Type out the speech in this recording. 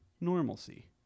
normalcy